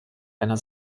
einer